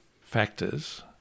factors